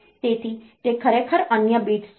તેથી તે ખરેખર અન્ય bits છે